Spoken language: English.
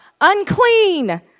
unclean